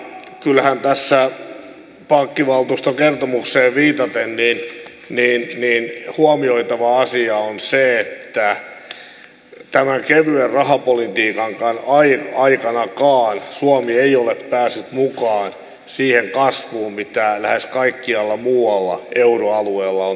kyllähän tässä pankkivaltuuston kertomukseen viitaten huomioitava asia on se että tämän kevyen rahapolitiikan aikanakaan suomi ei ole päässyt mukaan siihen kasvuun mitä lähes kaikkialla muualla euroalueella on tapahtunut